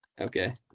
Okay